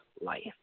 life